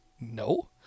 No